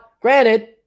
granted